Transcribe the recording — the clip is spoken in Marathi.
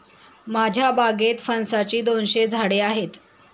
माझ्या बागेत फणसाची दोनशे झाडे आहेत